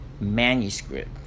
manuscript